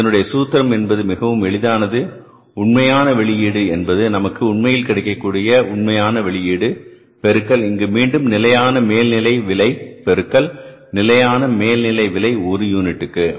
இதனுடைய சூத்திரம் என்பது மிகவும் எளிதானது உண்மையான வெளியீடு என்பது நமக்கு உண்மையில் கிடைக்கக் கூடிய உண்மையான வெளியீடு பெருக்கல் இங்கு மீண்டும் நிலையான மேல்நிலை விலை பெருக்கல் நிலையான மேல்நிலை விலை ஒரு யூனிட்டிற்கு